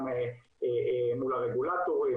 גם מול הרגולטורים,